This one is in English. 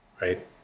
right